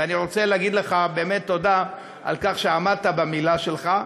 ואני רוצה להגיד לך באמת תודה על שעמדת במילה שלך,